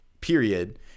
period